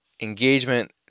engagement